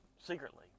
secretly